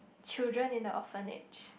children in the orphanage